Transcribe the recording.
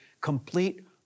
complete